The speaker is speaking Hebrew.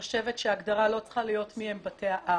חושבת שההגדרה לא צריכה להיות מיהם בתי האב,